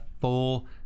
full